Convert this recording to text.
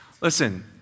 Listen